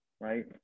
right